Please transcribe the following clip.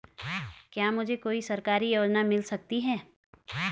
क्या मुझे कोई सरकारी योजना मिल सकती है?